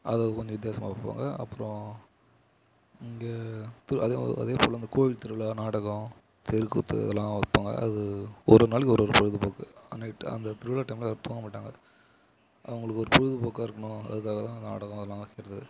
அதை கொஞ்சம் வித்தியாசமாக வைப்பாங்க அப்புறோம் இங்கே திரு அதே போல் அதே போல் இந்த கோயில் திருவிழா நாடகம் தெருக்கூத்து இதெல்லாம் வைப்பாங்க அது ஒரு ஒரு நாளைக்கு ஒரு ஒரு பொழுதுபோக்கு ஆ நைட்டு அந்த திருவிழா டைமில் தூங்க மாட்டாங்க அவங்களுக்கு ஒரு பொழுதுபோக்காக இருக்கணும் அதுக்காக தான் நாடகம் இதெல்லாம் வைக்கிறது